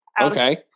Okay